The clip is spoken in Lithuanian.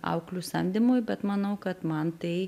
auklių samdymui bet manau kad man tai